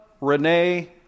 Renee